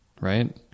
right